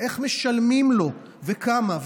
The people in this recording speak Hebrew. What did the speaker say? איך משלמים לו וכמה?